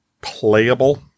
playable